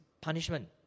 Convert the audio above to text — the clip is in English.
punishment